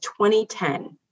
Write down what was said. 2010